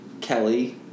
Kelly